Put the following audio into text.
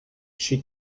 she